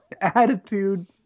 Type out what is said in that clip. Attitude